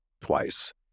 twice